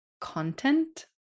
content